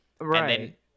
Right